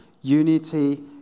Unity